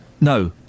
No